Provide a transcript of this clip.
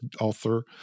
author